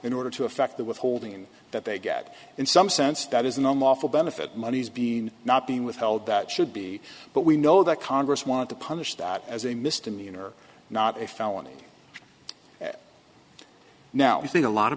in order to affect the withholding in that they get in some sense that is an unlawful benefit money's being not being withheld that should be but we know that congress wanted to punish that as a misdemeanor not a felony now